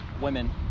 women